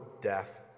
death